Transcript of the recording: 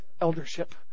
eldership